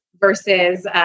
versus